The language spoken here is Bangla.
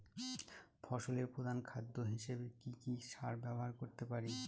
ফসলের প্রধান খাদ্য হিসেবে কি কি সার ব্যবহার করতে পারি?